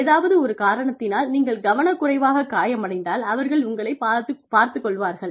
ஏதாவது ஒரு காரணத்தினால் நீங்கள் கவனக்குறைவாக காயமடைந்தால் அவர்கள் உங்களைப் பார்த்துக் கொள்வார்கள்